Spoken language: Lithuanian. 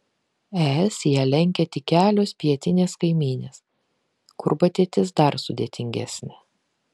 es ją lenkia tik kelios pietinės kaimynės kur padėtis dar sudėtingesnė